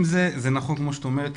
אם זה נכון מה שאת אומרת,